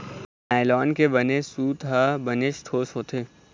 nylon के बने सूत ह बनेच ठोस होथे